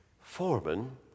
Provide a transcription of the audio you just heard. Foreman